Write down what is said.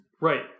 right